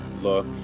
look